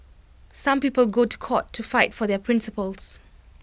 some people go to court to fight for their principles